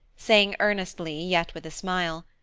saying earnestly, yet with a smile,